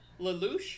Lelouch